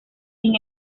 sin